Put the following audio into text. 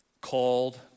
called